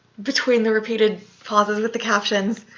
between the repeated pauses with the captions.